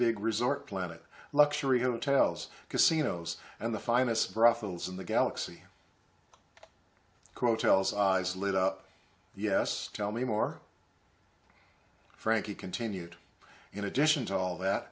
big resort planet luxury hotels casinos and the finest brothels in the galaxy coattails eyes lit up yes tell me more frankie continued in addition to all that